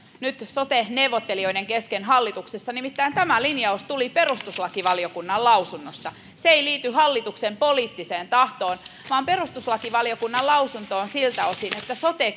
sote neuvottelijoiden kesken hallituksessa nimittäin tämä linjaus tuli perustuslakivaliokunnan lausunnosta se ei liity hallituksen poliittiseen tahtoon vaan perustuslakivaliokunnan lausuntoon siltä osin että sote